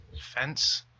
fence